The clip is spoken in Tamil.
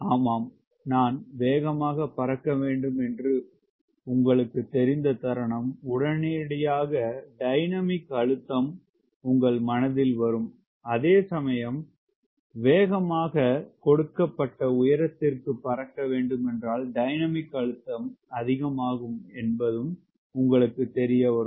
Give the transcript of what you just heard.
ஆமாம் நான் வேகமாக பறக்க வேண்டும் என்று உங்களுக்குத் தெரிந்த தருணம் உடனடியாக டைனமிக் அழுத்தம் உங்கள் மனதில் வரும் அதே சமயம் வேகமாக கொடுக்கப்பட்ட உயரத்திற்குபறக்க வேண்டும் என்றால் டைனமிக் அழுத்தம் அதிகம் ஆகும் என்பதும் உங்களுக்கு தெரிய வரும்